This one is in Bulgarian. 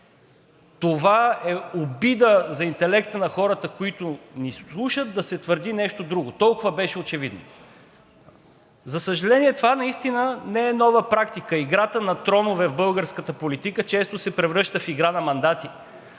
това е обида за интелекта на хората, които ни слушат, да се твърди нещо друго – толкова беше очевидно. За съжаление, това наистина не е нова практика. Играта на тронове в българската политика често се превръща в игра на мандати